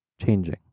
changing